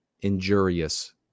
injurious